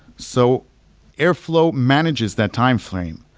so airflow manages that timeframe.